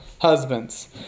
husbands